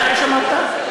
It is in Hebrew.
"דאעש", אמרת?